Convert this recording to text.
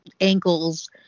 ankles